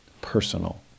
personal